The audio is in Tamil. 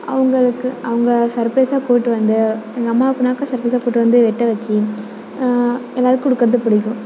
அவங்களுக்கு அவங்க சர்பிரைஸாக கூட்டு வந்து எங்கள் அம்மாவுக்குனாக்காக சர்பிரைஸாக கூட்டு வந்து வெட்ட வெச்சு எல்லாேரும் கொடுக்கறது பிடிக்கும்